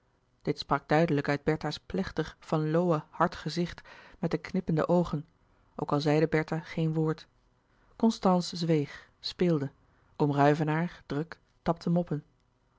sprak duidelijk uit bertha's plechtig van lowe hard gezicht met de knippende oogen ook al zeide bertha geen woord constance zweeg speelde oom ruyvenaer druk tapte moppen